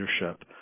leadership